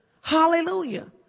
Hallelujah